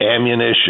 ammunition